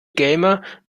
gamer